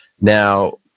Now